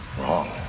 Wrong